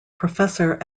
professor